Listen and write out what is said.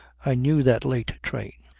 i knew that late train.